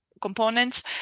components